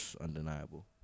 undeniable